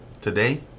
Today